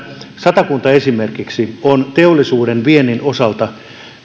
satakunta on esimerkiksi teollisuuden viennin osalta